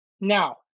Now